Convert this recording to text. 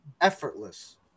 effortless